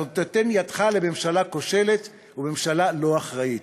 אתה נותן ידך לממשלה כושלת וממשלה לא אחראית.